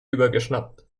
übergeschnappt